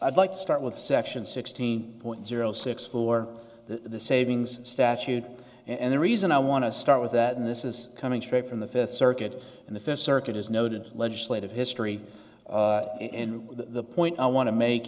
i'd like to start with section sixteen point zero six for the savings statute and the reason i want to start with that in this is coming straight from the fifth circuit and the fifth circuit is noted legislative history and the point i want to make